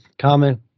comment